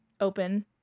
open